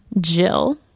Jill